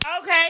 Okay